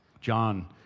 John